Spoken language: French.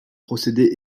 procéder